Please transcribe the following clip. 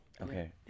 Okay